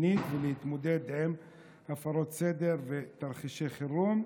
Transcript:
ולהתמודד עם הפרות סדר ותרחישי חירום.